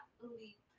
leap